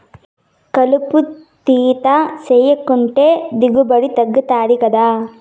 కలుపు తీత సేయకంటే దిగుబడి తగ్గుతది గదా